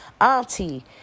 auntie